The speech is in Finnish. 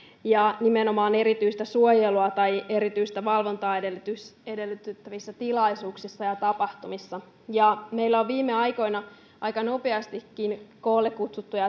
nimenomaan erityistä suojelua tai erityistä valvontaa edellyttävissä tilaisuuksissa ja ja tapahtumissa meillä on viime aikoina aika nopeastikin koolle kutsuttujen